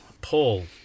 Paul